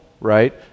right